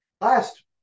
last